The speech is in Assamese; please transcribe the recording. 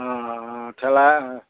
অঁ অঁ ঠেলা